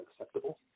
acceptable